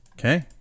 Okay